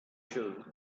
choose